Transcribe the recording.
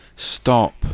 stop